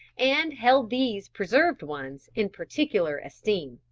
and held these preserved ones in particular esteem.